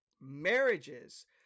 marriages